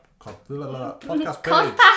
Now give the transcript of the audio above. podcast